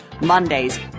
Mondays